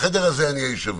בחדר הזה אני יושב-ראש.